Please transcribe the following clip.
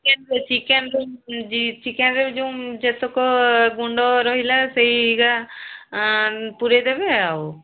ଚିକେନ୍ରେ ଚିକେନ୍ରେ ଚିକେନ୍ରେ ଯେଉଁ ଯେତେକ ଗୁଣ୍ଡ ରହିଲା ସେଇ ଗୁଡା ପୂରାଇ ଦେବେ ଆଉ